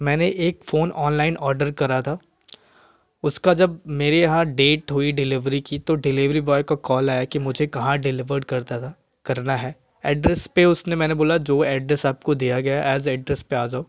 मैंने एक phone online order करा था उसका जब मेरे यहाँ डेट हुई डिलिवरी की तो डिलिवरी बॉय का कॉल आया कि मुझे कहाँ डिलिवर्ड करता था करना है ऐड्रेस पे उसने मैंने बोला जो ऐड्रेस आपको दिया गया है एज़ ऐड्रेस पे आ जाओ